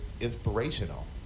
inspirational